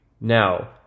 Now